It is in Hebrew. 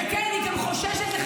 היא לא.